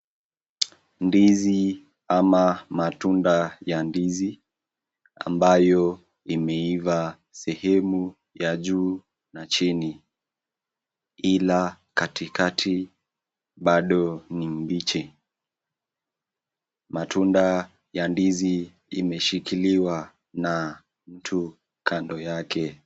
Ndizi ama matunda ya ndizi ambayo imeiva sehemu ya juu na chini, ila katikati bado ni mbichi. Matunda ya ndizi imeshikiliwa na mtu kando yake.